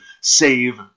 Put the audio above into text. save